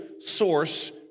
source